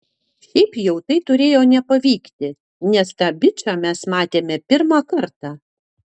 šiaip jau tai turėjo nepavykti nes tą bičą mes matėme pirmą kartą